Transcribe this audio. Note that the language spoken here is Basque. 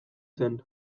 zen